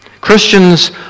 Christians